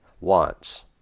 wants